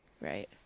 Right